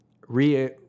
re